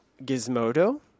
Gizmodo